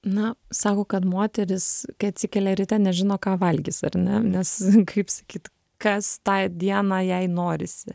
na sako kad moterys kai atsikelia ryte nežino ką valgys ar ne nes kaip sakyt kas tą dieną jai norisi